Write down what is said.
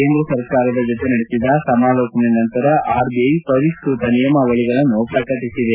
ಕೇಂದ್ರ ಸರ್ಕಾರದ ಜತೆ ನಡೆಸಿದ ಸಮಾಲೋಚನೆ ನಂತರ ಆರ್ಬಿಐ ಪರಿಷ್ಟತ ನಿಯಮಾವಳಿಗಳನ್ನು ಪ್ರಕಟಿಸಿದೆ